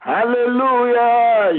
Hallelujah